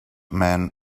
man